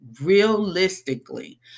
realistically